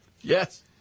Yes